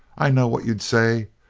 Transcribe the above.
i know what you'd say.